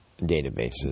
databases